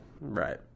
Right